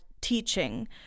teaching